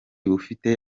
bufite